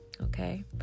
Okay